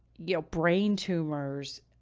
you know, brain tumors,